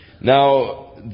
Now